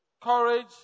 courage